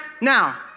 Now